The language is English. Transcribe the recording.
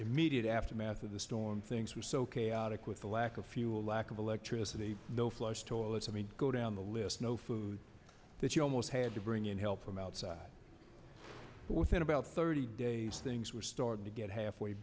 immediate aftermath of the storm things were so chaotic with the lack of fuel lack of electricity no flush toilets i mean go down the list no food that you almost had to bring in help from outside but within about thirty days things were starting to get halfway